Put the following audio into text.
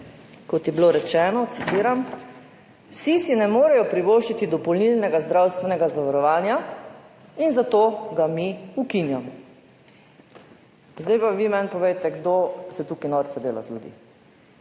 kot je bilo rečeno, citiram: »Vsi si ne morejo privoščiti dopolnilnega zdravstvenega zavarovanja in zato ga mi ukinjamo.« Zdaj pa vi meni povejte, kdo se tukaj norca dela iz ljudi.